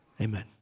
amen